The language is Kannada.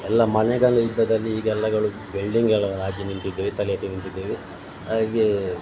ಎಲ್ಲ ಮನೆಗಳು ಇದ್ದಲ್ಲಿ ಈಗೆಲ್ಲ ಬೆಲ್ಡಿಂಗ್ಗಳು ಆಗಿ ನಿಂತಿದ್ದಾವೆ ತಲೆ ಎತ್ತಿ ನಿಂತಿದ್ದಾವೆ ಹಾಗೆ